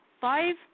five